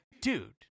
dude